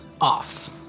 off